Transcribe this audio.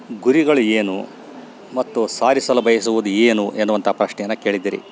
ಗುರಿಗಳು ಏನು ಮತ್ತು ಸಾಧಿಸಲು ಬಯಸುವುದು ಏನು ಎನ್ನುವಂಥ ಪ್ರಶ್ನೆಯನ್ನು ಕೇಳಿದ್ದೀರಿ